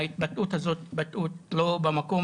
ההתבטאות הזאת היא לא במקום,